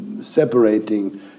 separating